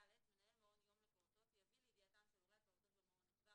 (ד)מנהל מעון יום לפעוטות יביא לידיעתם של הורי הפעוטות במעון את דבר